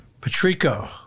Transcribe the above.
Patrico